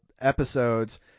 episodes